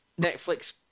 Netflix